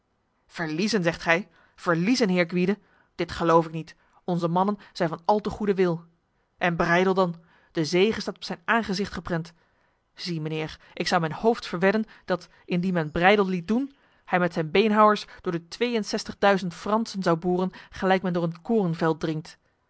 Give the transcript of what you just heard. verliezen zegt gij verliezen heer gwyde dit geloof ik niet onze mannen zijn van al te goede wil en breydel dan de zege staat op zijn aangezicht geprent zie mijnheer ik zou mijn hoofd verwedden dat indien men breydel liet doen hij met zijn beenhouwers door de tweeënzestigduizend fransen zou boren gelijk men door een korenveld dringt